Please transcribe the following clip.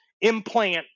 implant